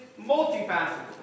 multifaceted